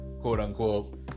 quote-unquote